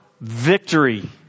victory